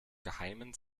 geheimen